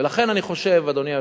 ולכן אני חושב, אדוני היושב-ראש,